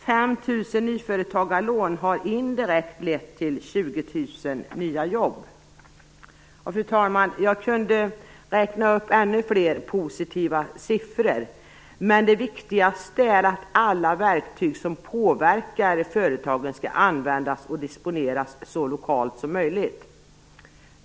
5 000 nyföretagarlån har indirekt lett till 20 000 Fru talman! Jag skulle kunna räkna upp ännu fler positiva siffror. Men det viktigaste är att alla verktyg som påverkar företagen skall användas och disponeras så lokalt som möjligt.